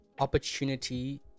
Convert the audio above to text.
opportunity